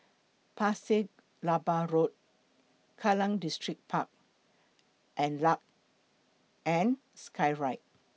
Pasir Laba Road Kallang Distripark and Luge and Skyride